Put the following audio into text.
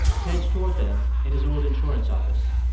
ted stored them in his old insurance office,